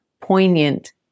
poignant